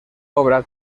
obra